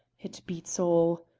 it beats all!